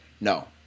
No